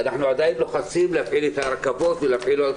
אנחנו עדיין לוחצים להפעיל את הרכבות ולהפעיל את